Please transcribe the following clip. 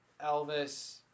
Elvis